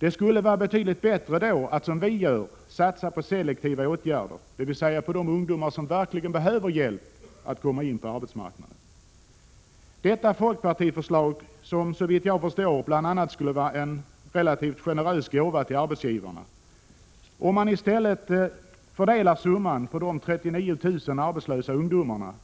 Det måste vara betydligt bättre att, som vi gör, satsa på selektiva åtgärder, dvs. på de ungdomar som verkligen behöver hjälp med att komma in på arbetsmarknaden. Detta folkpartiförslag, som såvitt jag förstår bl.a. skulle vara en relativt generös gåva till arbetsgivarna, skulle om man i stället fördelar summan på de 39 000 arbetslösa ungdomarna